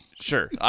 Sure